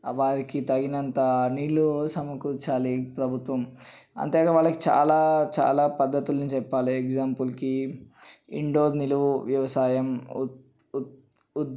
వారికి తగినంత నీళ్ళు సమకూర్చాలి ప్రభుత్వం అంతేకాక వాళ్ళకి చాలా చాలా పద్ధతులని చెప్పాలి ఎగ్జాంపుల్కి ఇండోర్ నిలవ వ్యవసాయం ఉత్ ఉత్ ఉత్